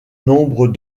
nombre